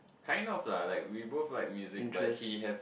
kind of lah we both like music but he have